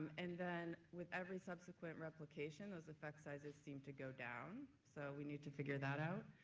and then with every subsequent replication, those effect sizes seem to go down so we need to figure that out.